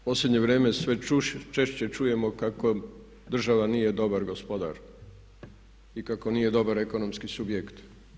Posljednje vrijeme sve češće čujemo kako država nije dobar gospodar i kako nije dobar ekonomski subjekt.